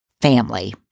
family